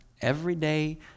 everyday